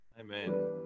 Amen